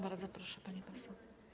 Bardzo proszę, pani poseł.